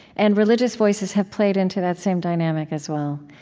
and religious voices have played into that same dynamic, as well.